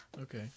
Okay